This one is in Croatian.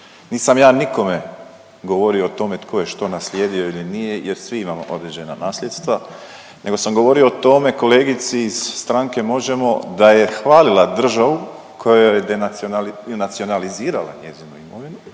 Nisam ja nikome govorio o tome tko je što naslijedio ili nije jer svi imamo određena nasljedstva, nego sam govorio o tome kolegici iz stranke Možemo! da je hvalila državu koja joj je denacionali…, nacionalizirala njezinu imovinu,